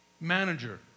manager